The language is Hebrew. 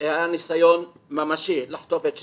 היה ניסיון ממשי לחטוף את שנינו,